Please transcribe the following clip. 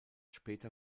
später